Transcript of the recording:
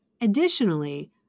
Additionally